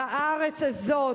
בארץ הזאת,